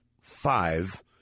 five